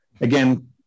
again